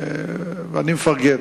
ואני מפרגן.